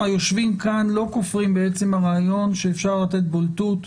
היושבים כאן לא כופרים בעצם הרעיון שאפשר לתת בולטות